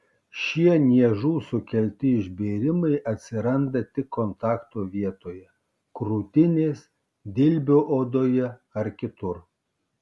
šie niežų sukelti išbėrimai atsiranda tik kontakto vietoje krūtinės dilbio odoje ar kitur